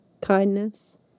kindness